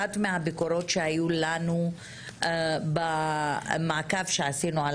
אחת הביקורות שהיו לנו במעקב שעשינו על